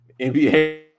NBA